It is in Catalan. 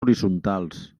horitzontals